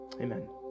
Amen